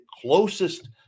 closest